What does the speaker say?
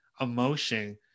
emotion